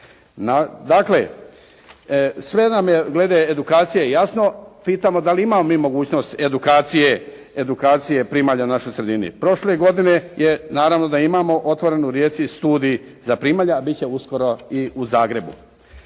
Dakle, sve nam je glede edukacije jasno, pitamo da li imamo mi mogućnost edukacije primalja na našoj sredini. Prošle godine je, naravno da imamo, otvoren u Rijeci studij za primalje, a biti će uskoro i u Zagrebu.